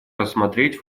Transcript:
рассмотреть